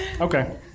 okay